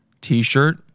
T-shirt